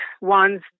ones